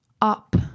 Up